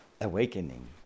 awakening